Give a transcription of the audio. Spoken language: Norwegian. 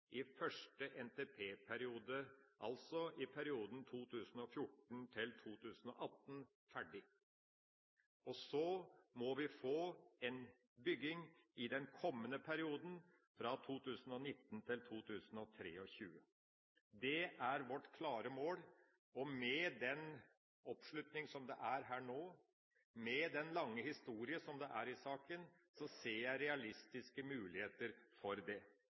i første NTP-periode, altså i perioden 2014–2018. Så må vi få gjort byggingen i den påfølgende perioden, i 2019–2023. Det er vårt klare mål, og med den oppslutningen som er her nå, og med den lange historien som saken har, ser jeg realistiske muligheter for det.